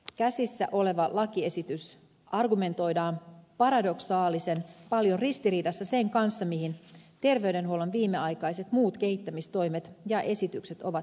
käsissä oleva lakiesitys argumentoidaan paradoksaalisen paljon ristiriidassa sen kanssa mihin terveydenhuollon viimeaikaiset muut kehittämistoimet ja esitykset ovat pyrkineet